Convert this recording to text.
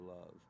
love